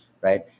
right